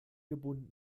gebunden